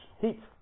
heat